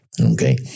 Okay